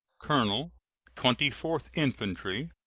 colonel twenty-fourth infantry,